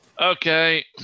okay